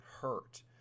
hurt